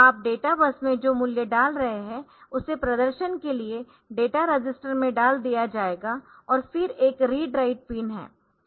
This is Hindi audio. आप डेटा बस में जो मूल्य डाल रहे है उसे प्रदर्शन के लिए डेटा रजिस्टर में डाल दिया जाएगा और फिर एक रीड राइट पिन है